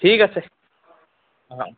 ঠিক আছে অঁ